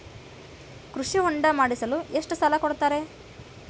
ಕೃಷಿ ಹೊಂಡ ಮಾಡಿಸಲು ಎಷ್ಟು ಸಾಲ ಕೊಡ್ತಾರೆ?